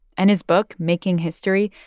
and his book, making history,